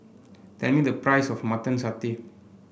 tell me the price of Mutton Satay